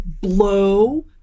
blow